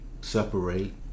separate